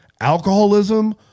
alcoholism